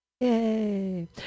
Yay